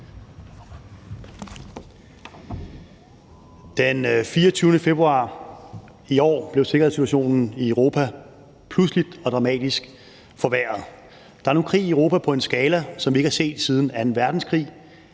Den 24. februar i år blev sikkerhedssituationen i Europa pludselig og dramatisk forværret. Der er nu krig i Europa på en skala, som vi ikke har set siden anden verdenskrig.